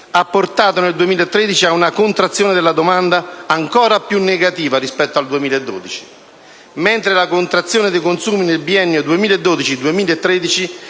ha portato nel 2013 a una contrazione della domanda ancora più negativa rispetto al 2012, mentre la contrazione dei consumi nel biennio 2012-2013